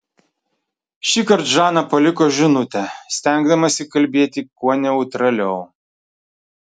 šįkart žana paliko žinutę stengdamasi kalbėti kuo neutraliau